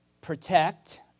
protect